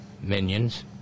minions